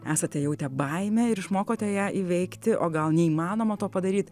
esate jautę baimę ir išmokote ją įveikti o gal neįmanoma to padaryt